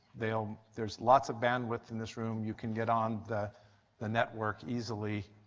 there there is lots of bandwidth in this room, you can get on the the network easily.